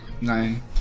Nine